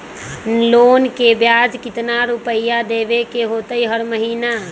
Loan के ब्याज कितना रुपैया देबे के होतइ हर महिना?